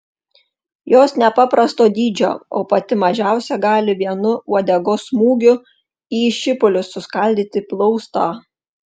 jos nepaprasto dydžio o pati mažiausia gali vienu uodegos smūgiu į šipulius suskaldyti plaustą